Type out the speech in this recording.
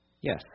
Yes